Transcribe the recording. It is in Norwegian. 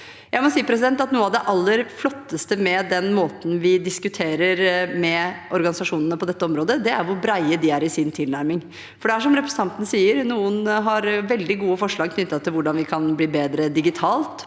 Jeg må si at noe av det aller flotteste med den måten vi diskuterer med organisasjonene på dette området, er hvor breie de er i sin tilnærming, for det er, som representanten sier, noen som har veldig gode forslag knyttet til hvordan vi kan bli bedre digitalt